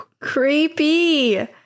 creepy